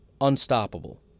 unstoppable